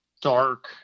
dark